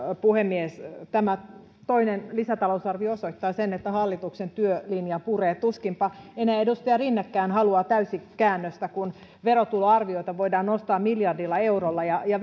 puhemies tämä toinen lisätalousarvio osoittaa sen että hallituksen työlinja puree tuskinpa enää edustaja rinnekään haluaa täyskäännöstä kun verotuloarvioita voidaan nostaa miljardilla eurolla ja